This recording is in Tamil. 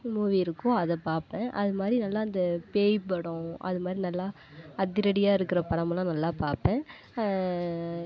மூவி இருக்கோ அதை பார்ப்பேன் அதுமாதிரி நல்லா இந்த பேய் படம் அதுமாதிரி நல்லா அதிரடியா இருக்கிற படமெல்லாம் நல்லா பார்ப்பேன்